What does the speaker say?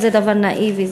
זה דבר נאיבי,